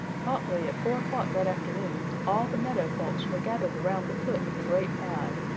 promptly at four o'clock that afternoon all the meadow folks were gathered around the foot of the great pine.